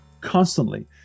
constantly